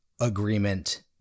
agreement